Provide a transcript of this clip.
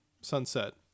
sunset